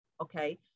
okay